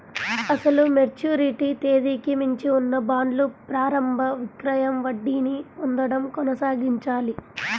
అసలు మెచ్యూరిటీ తేదీకి మించి ఉన్న బాండ్లు ప్రారంభ విక్రయం వడ్డీని పొందడం కొనసాగించాయి